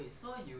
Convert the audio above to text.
so you